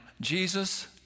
Jesus